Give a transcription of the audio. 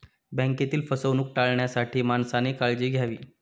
बँकेतील फसवणूक टाळण्यासाठी माणसाने काळजी घ्यावी